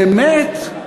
באמת?